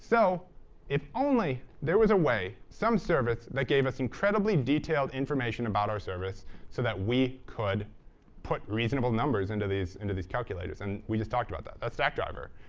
so if only there was a way some service that gave us incredibly-detailed information about our service so that we could put reasonable numbers into these into these calculators. and we just talked about that. that's stackdriver.